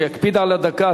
שיקפיד על הדקה.